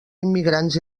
immigrants